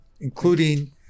including